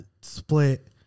split